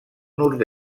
nord